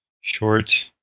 short